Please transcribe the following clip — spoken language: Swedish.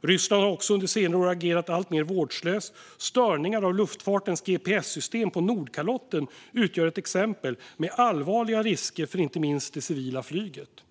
Ryssland har också under senare år agerat alltmer vårdslöst. Störningar av luftfartens gps-system på Nordkalotten utgör ett exempel med allvarliga risker för inte minst det civila flyget.